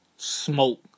Smoke